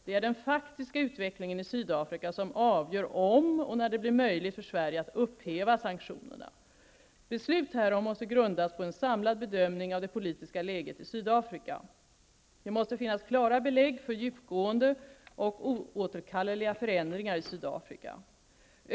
Det är den faktiska utvecklingen i Sydafrika som avgör om och när det blir möjligt för Sverige att upphäva sanktionerna. Beslut härom måste grundas på en samlad bedömning av det politiska läget i Sydafrika. Det måste finnas klara belägg för djupgående och oåterkalleliga förändringar i Sydafrika.